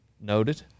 Noted